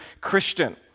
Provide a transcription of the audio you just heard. Christian